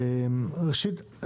ראשית,